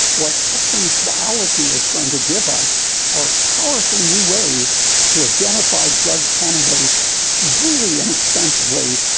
what systems biology is going to give us are powerful new ways to identify drug candidates really inexpensively,